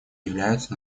являются